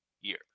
year